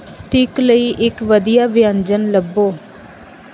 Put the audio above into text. ਸਟੀਕ ਲਈ ਇੱਕ ਵਧੀਆ ਵਿਅੰਜਨ ਲੱਭੋ